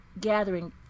gathering